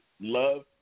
love